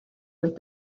with